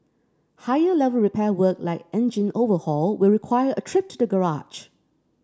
higher level repair work like engine overhaul will require a trip to the garage